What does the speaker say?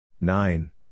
Nine